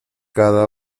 cada